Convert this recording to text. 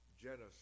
Genesis